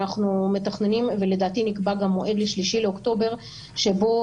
אנחנו מתכננים ולדעתי גם נקבע המועד ל-3 באוקטובר שבו